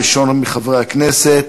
ראשון מחברי הכנסת,